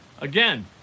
Again